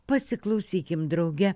pasiklausykim drauge